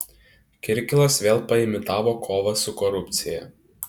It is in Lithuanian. kirkilas vėl paimitavo kovą su korupcija